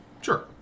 Sure